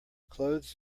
clothes